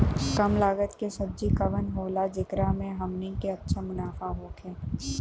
कम लागत के सब्जी कवन होला जेकरा में हमनी के अच्छा मुनाफा होखे?